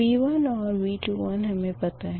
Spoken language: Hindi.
V1 और V21 हमें पता है